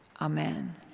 Amen